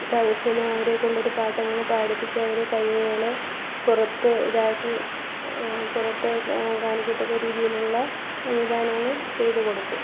സദസ്സിലും അവരെ കൊണ്ടൊരു പാട്ടെങ്കിലും പാടിപ്പിച്ച് അവരെ കഴിവുകളെ പുറത്ത് ഇതാക്കി പുറത്ത് കാണിക്കത്തക്ക രീതിയിലുള്ള സംവിധാനങ്ങൾ ചെയ്ത് കൊടുക്കും